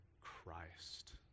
Christ